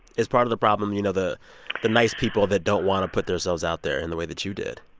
is part of the problem, you know, the the nice people that don't want to put theirselves out there in the way that you did?